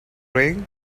ring